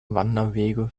wanderwege